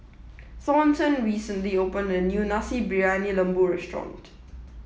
Thornton recently opened a new Nasi Briyani Lembu restaurant